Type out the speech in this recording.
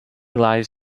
lies